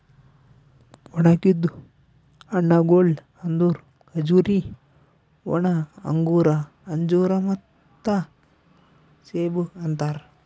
ಒಣುಗಿದ್ ಹಣ್ಣಗೊಳ್ ಅಂದುರ್ ಖಜೂರಿ, ಒಣ ಅಂಗೂರ, ಅಂಜೂರ ಮತ್ತ ಸೇಬು ಅಂತಾರ್